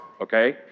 Okay